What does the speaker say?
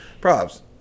Props